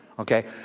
okay